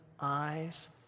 eyes